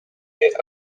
hit